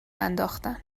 انداختن